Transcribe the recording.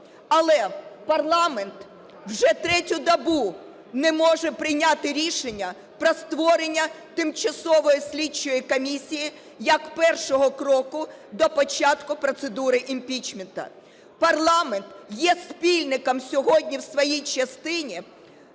Але парламент вже третю добу не може прийняти рішення про створення тимчасової слідчої комісії як першого кроку до початку процедуру імпічменту. Парламент є спільником сьогодні в своїй частині